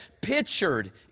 pictured